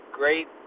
great